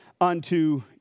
unto